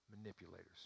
manipulators